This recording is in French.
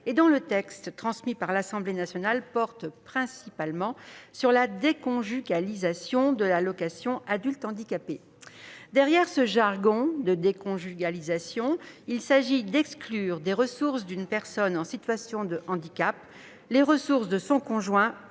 dont le texte transmis par l'Assemblée nationale porte principalement sur la déconjugalisation de l'allocation aux adultes handicapés. Derrière ce jargon, il faut comprendre qu'il s'agit d'exclure des ressources d'une personne en situation de handicap les ressources de son conjoint